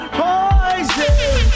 poison